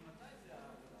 ממתי הדבר הזה,